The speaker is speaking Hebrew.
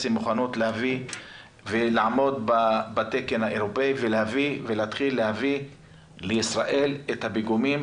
מוכנות להביא ולעמוד בתקן האירופאי ולהתחיל להביא לישראל את הפיגומים